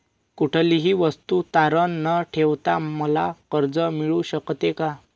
कुठलीही वस्तू तारण न ठेवता मला कर्ज मिळू शकते का?